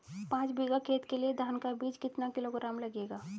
पाँच बीघा खेत के लिये धान का बीज कितना किलोग्राम लगेगा?